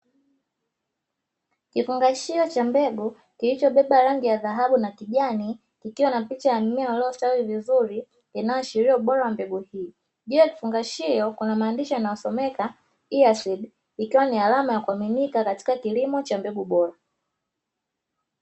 Kifungashio cha mbegu chenye rangi ya dhahabu na kijani, kikiwa na picha ya mmea uliostawi vizuri unaoashiria ubora wa mbegu hizo. Juu ya kifungashio kuna alama inayosomeka"IASEDI" .ikiwa ni alama ya kuaminika katika kilimo cha mbegu bora.